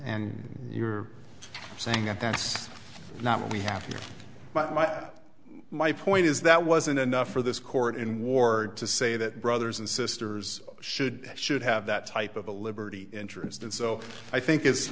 and you're saying that that's not what we have here but my my point is that wasn't enough for this court in war to say that brothers and sisters should should have that type of a liberty interest and so i think it's